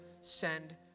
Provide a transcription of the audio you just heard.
send